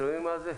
אתם רואים מה זה?